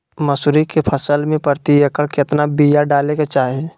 मसूरी के फसल में प्रति एकड़ केतना बिया डाले के चाही?